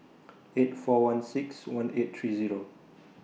eight four one six one eight three Zero